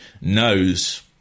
knows